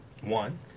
one